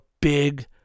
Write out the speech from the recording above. big